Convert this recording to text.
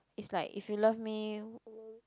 is like if you love me